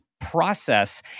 process